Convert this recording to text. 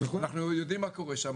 אנחנו יודעים מה קורה שם,